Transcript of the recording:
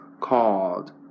Called